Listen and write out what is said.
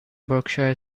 berkshire